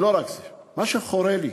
ולא רק זה, מה שחורה לי,